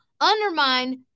undermine